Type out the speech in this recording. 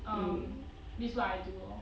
um this what I do